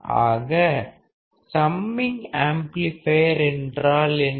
ஆக summing amplifier என்றால் என்ன